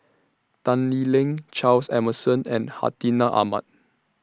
Tan Lee Leng Charles Emmerson and Hartinah Ahmad